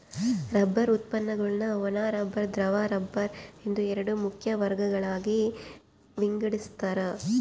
rubber ಉತ್ಪನ್ನಗುಳ್ನ ಒಣ rubber ದ್ರವ ರಬ್ಬರ್ ಎಂದು ಎರಡು ಮುಖ್ಯ ವರ್ಗಗಳಾಗಿ ವಿಂಗಡಿಸ್ತಾರ